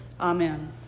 Amen